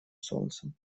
солнцем